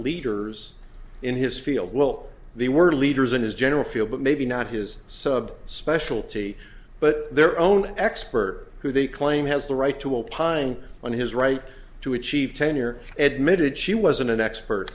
leaders in his field will they were leaders in his general field but maybe not his sub specialty but their own expert who they claim has the right to opine on his right to achieve tenure admitted she was an expert